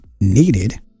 needed